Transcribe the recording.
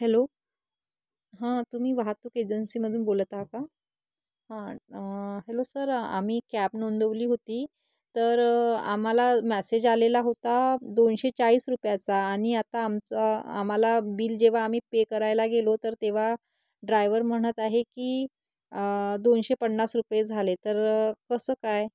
hello हां तुम्ही वाहतूक एजन्सीमधून बोलत आहा का हां हॅलो सर आम्ही कॅब नोंदवली होती तर आम्हाला मॅसेज आलेला होता दोनशे चाळीस रुपयाचा आणि आता आमचं आम्हाला बिल जेव्हा आम्ही पे करायला गेलो तर तेव्हा ड्रायव्हर म्हणत आहे की दोनशे पन्नास रुपये झाले तर कसं काय